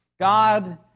God